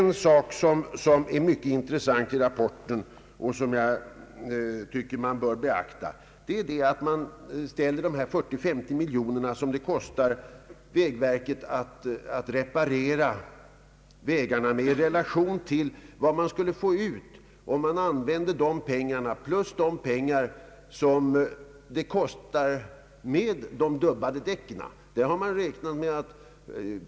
En sak som är mycket intressant i rapporten och som jag tycker man bör beakta är att man skall se de 40—50 miljoner kronor som det kostar vägverket att reparera vägarna i relation till vad man kunde få ut genom att på annat sätt använda dessa pengar plus de pengar som läggs ned på dubbade däck.